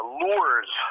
lures